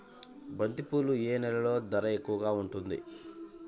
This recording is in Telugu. బంతిపూలు ఏ నెలలో ధర ఎక్కువగా ఉంటుంది?